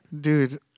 Dude